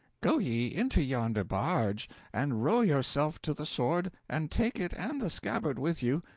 go ye into yonder barge and row yourself to the sword, and take it and the scabbard with you,